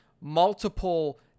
multiple